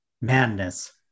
Madness